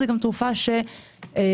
זה גם תרופה שהטיפול,